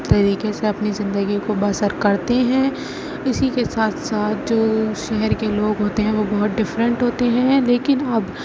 طریقے سے اپنی زندگی کو بسر کرتے ہیں اسی کے ساتھ ساتھ جو شہر کے لوگ ہوتے ہیں وہ بہت ڈیفرینٹ ہوتے ہیں لیکن اب